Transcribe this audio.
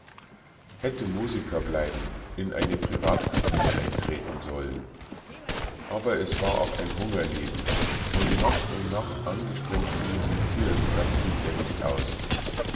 hätte musiker bleiben in eine privatkapelle eintreten sollen aber es war auch ein hungerleben und nacht um nacht angestrengt zu musizieren das hielt er nicht aus